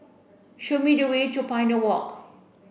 show me the way to Pioneer Walk